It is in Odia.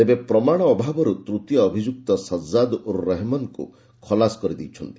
ତେବେ ପ୍ରମାଣ ଅଭାବରୁ ତୃତୀୟ ଅଭିଯୁକ୍ତ ସଜାଦ ଉର ରହମାନଙ୍କୁ ଖଲାସ କରିଦେଇଛନ୍ତି